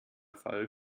fall